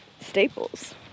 staples